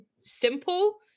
simple